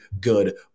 good